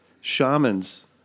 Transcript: Shamans